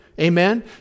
Amen